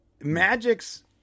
Magic's